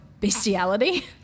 bestiality